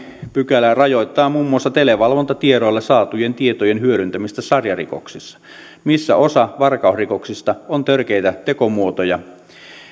pykälä rajoittaa muun muassa televalvontatiedoilla saatujen tietojen hyödyntämistä sarjarikoksissa missä osa varkausrikoksista on törkeitä tekomuotoja